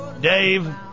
Dave